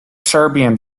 serbian